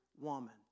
woman